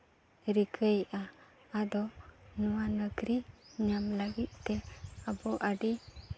ᱨᱤᱠᱟᱹᱭᱮᱜᱼᱟ ᱟᱫᱚ ᱱᱚᱣᱟ ᱱᱩᱠᱨᱤ ᱧᱟᱢ ᱞᱟᱹᱜᱤᱫᱛᱮ ᱟᱵᱚ ᱟᱹᱰᱤ